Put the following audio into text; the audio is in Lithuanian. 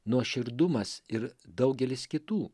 nuoširdumas ir daugelis kitų